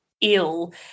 ill